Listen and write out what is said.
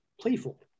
playful